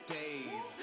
days